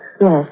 Yes